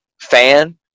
fan